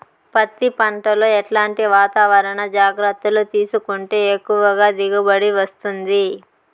పత్తి పంట లో ఎట్లాంటి వాతావరణ జాగ్రత్తలు తీసుకుంటే ఎక్కువగా దిగుబడి వస్తుంది?